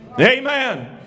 Amen